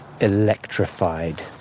electrified